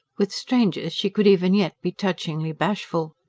with strangers she could even yet be touchingly bashful.